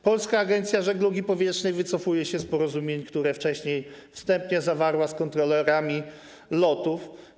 Polska Agencja Żeglugi Powietrznej wycofuje się z porozumień, które wcześniej wstępnie zawarła z kontrolerami lotów.